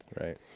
Right